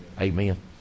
Amen